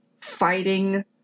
fighting